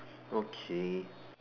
okay